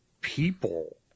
people